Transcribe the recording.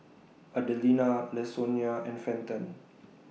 Adelina Lasonya and Fenton